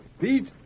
Pete